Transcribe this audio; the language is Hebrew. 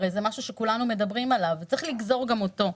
הרי זה משהו שכולנו מדברים עליו וצריך לגזור גם אותו.